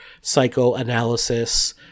psychoanalysis